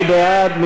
מי בעד?